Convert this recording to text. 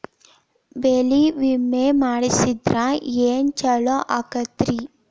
ಬೆಳಿ ವಿಮೆ ಮಾಡಿಸಿದ್ರ ಏನ್ ಛಲೋ ಆಕತ್ರಿ?